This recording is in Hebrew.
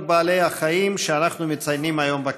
בעלי החיים שאנחנו מציינים היום בכנסת.